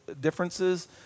differences